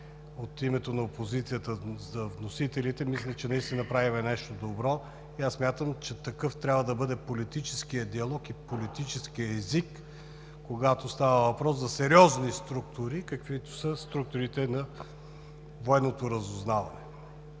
от името на опозицията за вносителите. Мисля, че наистина правим нещо добро, и аз смятам, че такъв трябва да бъде политическият диалог и политическият език, когато става въпрос за сериозни структури, каквито са структурите на Военното разузнаване.